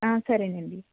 సరే అండి